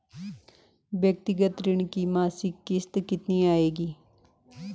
व्यक्तिगत ऋण की मासिक किश्त कितनी आएगी?